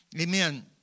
Amen